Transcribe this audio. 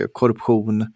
korruption